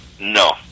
No